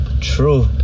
True